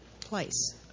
place